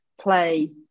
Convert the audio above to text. play